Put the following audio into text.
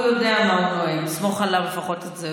הוא יודע מה הוא נואם, תסמוך עליו לפחות בזה.